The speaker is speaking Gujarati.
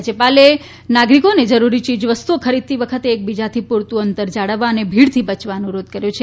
રાજયપાલે નાગરીકોને જરૂરી યીજવસ્તુઓ ખરીદતી વખતે એકબીજાથી પુરતુ અંતર જાળવવા અને ભીડથી બચવા અનુરોધ કર્યો છે